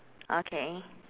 okay